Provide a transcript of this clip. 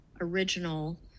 original